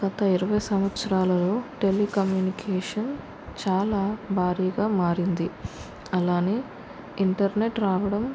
గత ఇరవై సంవత్సరాలలో టెలికమ్యూనికేషన్ చాలా భారీగా మారింది అలానే ఇంటర్నెట్ రావడం